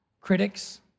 critics